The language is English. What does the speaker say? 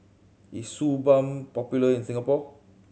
is Suu Balm popular in Singapore